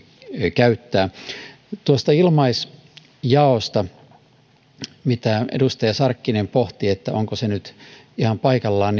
käyttää ilmaisjaosta mistä edustaja sarkkinen pohti että onko se nyt ihan paikallaan